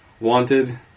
Wanted